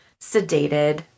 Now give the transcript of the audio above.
sedated